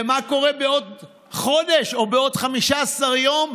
ומה קורה בעוד חודש או בעוד 15 יום,